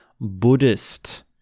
Buddhist